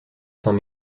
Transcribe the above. saint